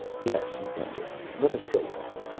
yes, he panted, let us go on.